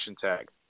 tag